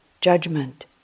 judgment